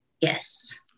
Yes